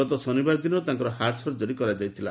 ଗତ ଶନିବାର ଦିନ ତାଙ୍କର ହାର୍ଟ ସଜରୀ କରାଯାଇଥିଲା